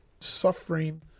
suffering